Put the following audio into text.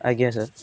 ଆଜ୍ଞା ସାର୍